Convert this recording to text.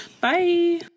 Bye